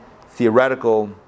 theoretical